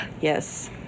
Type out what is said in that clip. Yes